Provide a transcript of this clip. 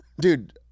Dude